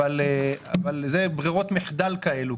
אבל זה ברירות מחדל כאלה,